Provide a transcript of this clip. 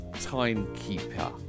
timekeeper